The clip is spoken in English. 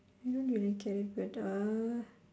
I don't really care but uh